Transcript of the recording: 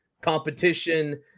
competition